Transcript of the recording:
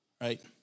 right